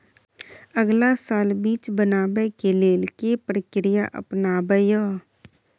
अगला साल बीज बनाबै के लेल के प्रक्रिया अपनाबय?